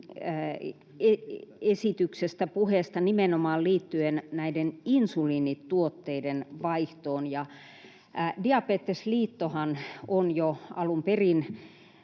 perusteellisesta puheesta liittyen nimenomaan insuliinituotteiden vaihtoon. Diabetesliittohan on jo alun perin